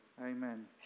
Amen